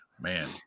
man